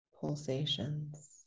pulsations